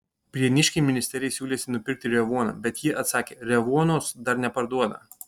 prieniškiai ministerijai siūlėsi nupirkti revuoną bet ji atsakė revuonos dar neparduoda